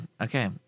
okay